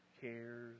cares